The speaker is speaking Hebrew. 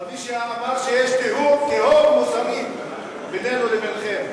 אבל מי שאמר שיש תהום מוסרית בינינו לבינכם,